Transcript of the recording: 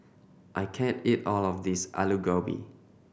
I can't eat all of this Alu Gobi